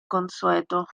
consueto